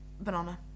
banana